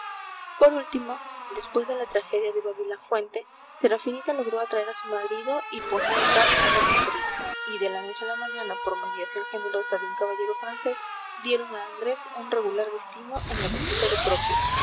por último después de la tragedia de babilafuente serafinita logró atraer a su marido y poner casa en madrid y de la noche a la mañana por mediación generosa de un caballero francés dieron a andrés un regular destino en la visita de propios